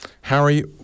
harry